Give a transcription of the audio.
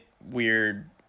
weird